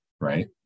right